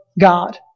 God